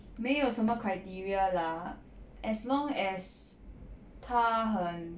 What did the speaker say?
没有什么 criteria lah as long as 他很